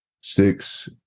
six